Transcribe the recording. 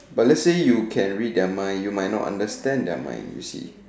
but let's say you can read their mind you might not understand their mind you see